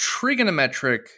trigonometric